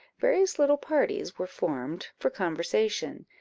various little parties were formed for conversation,